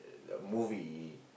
uh movie